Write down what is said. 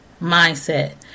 mindset